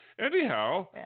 Anyhow